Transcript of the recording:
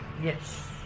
yes